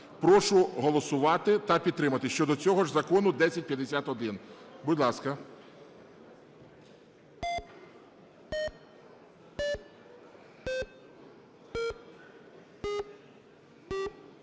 Прошу голосувати та підтримати щодо цього ж Закону 1051. Будь ласка.